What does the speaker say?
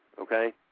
okay